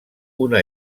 una